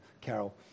Carol